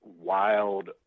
wild